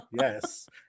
Yes